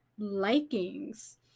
likings